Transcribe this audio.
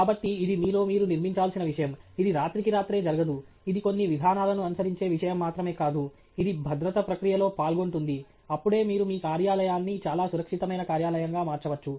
కాబట్టి ఇది మీలో మీరు నిర్మించాల్సిన విషయం ఇది రాత్రికి రాత్రే జరగదు ఇది కొన్ని విధానాలను అనుసరించే విషయం మాత్రమే కాదు ఇది భద్రతా ప్రక్రియలో పాల్గొంటుంది అప్పుడే మీరు మీ కార్యాలయాన్ని చాలా సురక్షితమైన కార్యాలయంగా మార్చవచ్చు